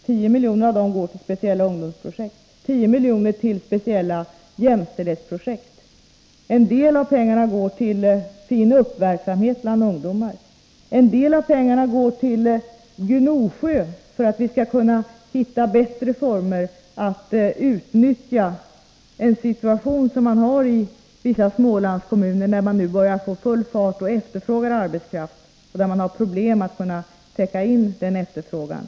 10 miljoner av dessa 100 miljoner går till speciella ungdomsprojekt, och 10 miljoner går till speciella jämställdhetsprojekt. En del av pengarna går till finnuppverksamhet bland ungdomar. En del av pengarna går till Gnosjö — för att vi skall kunna hitta bättre former för att utnyttja en situation som man har i vissa Smålandskommuner, när man nu börjar få full fart på olika verksamheter och börjar efterfråga arbetskraft, och även har problem med att täcka in den efterfrågan.